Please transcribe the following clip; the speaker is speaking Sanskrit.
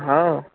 हा